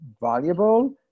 valuable